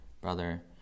brother